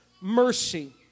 mercy